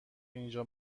اینجا